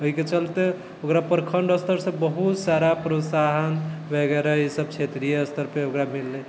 ओहिके चलिते ओकरा प्रखण्ड स्तरसँ बहुत सारा प्रोत्साहन वगैरह ईसब क्षेत्रीय स्तरपर ओकरा मिललै